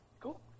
Cool